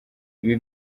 ibi